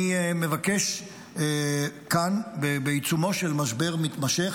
אני מבקש כאן, בעיצומו של משבר מתמשך,